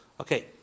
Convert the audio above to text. Okay